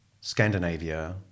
Scandinavia